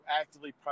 actively